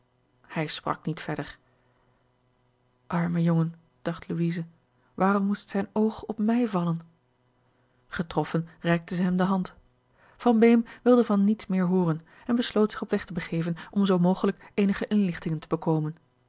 hij sprak niet verder arme jongen dacht louise waarom moest zijn oog op mij vallen getroffen reikte zij hem de hand van beem wilde van niets meer hooren en besloot zich op weg te begeven om zoo mogelijk eenige inlichtingen te bekomen